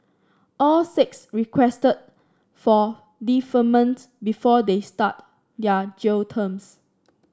all six requested for deferment before they start their jail terms